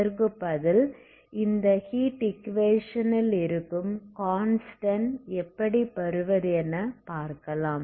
அதற்குப்பதில் இந்த ஹீட் ஈக்குவேஷனில் இருக்கும் கான்ஸ்டன்ட் எப்படி பெறுவது என பார்க்கலாம்